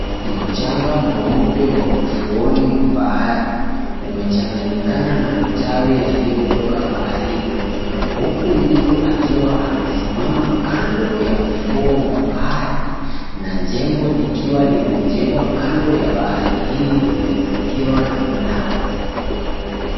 Mchanga mweupe wa ufuoni mwa bahari umechanganyikana na matawi yaliyotoka baharini. Huku mtu akiwa amesimama kando ya ufuo mwa bahari. Na jengo likiwa limejengwa kando ya bahari hii limezingirwa na minazi.